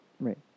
Right